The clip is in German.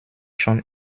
schon